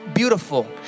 beautiful